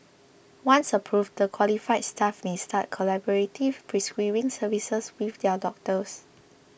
once approved the qualified staff may start collaborative prescribing services with their doctors